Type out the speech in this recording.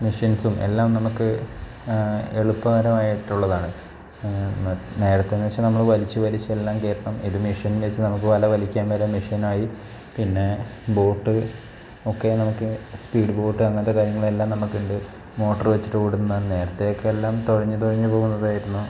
മെഷിൻസും എല്ലാം നമുക്ക് എളുപ്പകരമായിട്ടുള്ളതാണ് നേരത്തെ എന്നു വച്ചാൽ നമ്മൾ വലിച്ചു വലിച്ചു എല്ലാം കയറ്റണം ഇത് മിഷിൻ വച്ചു നമുക്ക് വല വലിക്കാൻ വരെ മെഷീനായി പിന്നേ ബോട്ട് ഒക്കെ നമുക്ക് സ്പീഡ് ബോട്ട് അങ്ങനത്തെ കാര്യങ്ങളെല്ലാം നമുക്ക് ഉണ്ട് മോട്ടറ് വച്ചോടുന്ന നേരത്തേ എല്ലാം തുഴഞ്ഞു തുഴഞ്ഞു പോകുന്നതായിരുന്നു